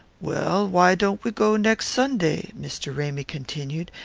well, why don't we go next sunday? mr. ramy continued.